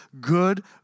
good